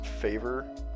favor